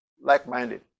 like-minded